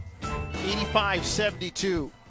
85-72